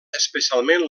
especialment